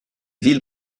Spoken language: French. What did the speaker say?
villes